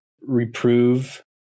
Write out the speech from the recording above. reprove